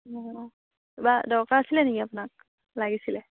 অ' কিবা দৰকাৰ হৈছিল নেকি আপোনাক লাগিছিল